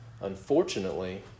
unfortunately